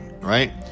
right